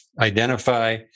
identify